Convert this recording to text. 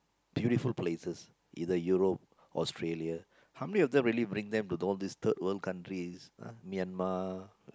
beautiful places either Europe Australia how many of them really bring them to all these third world countries ah Myanmar